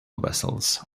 vessels